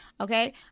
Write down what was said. okay